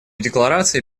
декларации